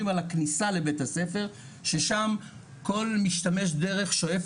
על הכניסה לבית הספר ששם כל משתמש דרך שואף